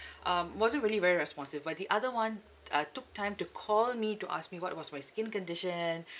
um wasn't really very responsive but the other one uh took time to call me to ask me what was my skin condition